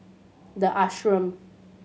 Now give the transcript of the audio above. The Ashram